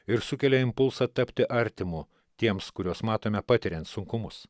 ir sukelia impulsą tapti artimu tiems kuriuos matome patiriant sunkumus